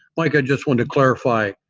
mike, i just want to clarify,